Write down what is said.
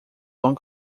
long